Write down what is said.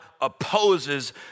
opposes